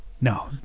No